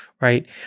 right